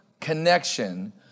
connection